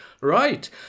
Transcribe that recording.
right